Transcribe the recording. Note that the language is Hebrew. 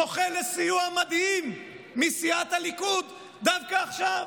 זוכה לסיוע מדהים מסיעת הליכוד דווקא עכשיו.